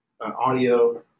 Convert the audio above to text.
audio